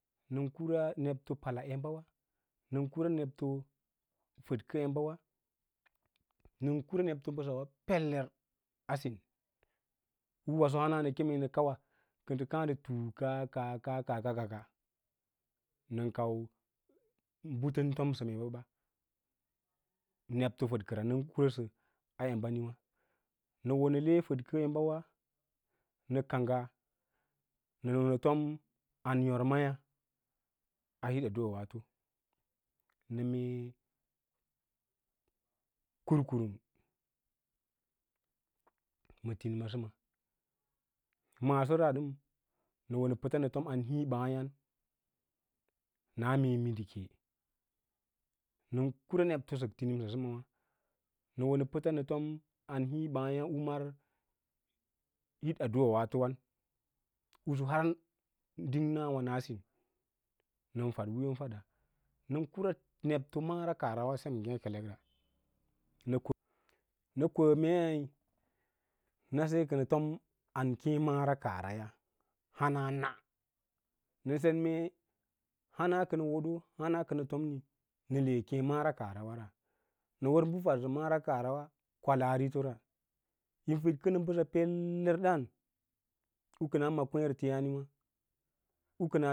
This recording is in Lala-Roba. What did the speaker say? Nən kwa neɓto pala embawa, nən kura nebto fədkə embawa, nən kura nebto mbəsa wa peler a sín uwaso hana ka nə kěě ndə kan wa kə ndə taaka kaaka kaaka, kaaka kaaka nən kau bə tən fom sə ma emba ɓa nebto fəd kəra nən kurasə a embaniwǎ. Nə wo nə le fədkə embawa awo nə kangga nə to anyômaya a hint addu’amanto nə mee kurkurum ma tini masəma, maasəra dən nə wo nə pəts, nə tom an trii ɓǎǎyan naa mee mindike nən kura neɓto sək tinimsa səma wǎ nə wo nə pəta tom an hííi ɓaãyan u mar hit adduꞌa waatowan usus har ɗing nawà naa sín nən fad wiiyon faɗa nən nebto mara kaah ra wa sem ngêkelek ra nə kwə mei nasə kə nə tom an keẽ mara kaah ra hanana nə sen mee hana kə nə woro hana kə nə fom mi nə le nə keẽ mara kaahara nə wər bə fadsə mara kaahrara wa kwalaari to ra yi fədkə mbəsa peller daãn n kə naa ma kwěěregeyâne wa u kəna.